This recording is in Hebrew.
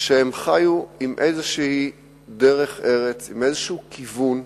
שהם חיו עם איזו דרך ארץ, עם איזה כיוון,